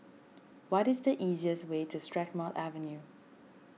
what is the easiest way to Strathmore Avenue